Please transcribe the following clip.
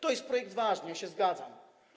To jest projekt ważny, ja się z tym zgadzam.